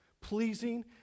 pleasing